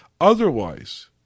Otherwise